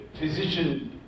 physician